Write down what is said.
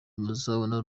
muzabona